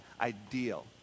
ideal